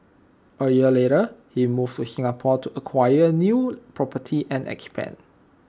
A year later he moved to Singapore to acquire new property and expand